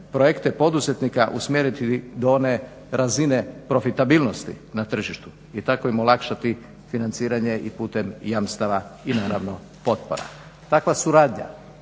projekte poduzetnika usmjeriti do one razine profitabilnosti na tržištu i tako im olakšati financiranje i putem jamstava i naravno potpora. Takva suradnja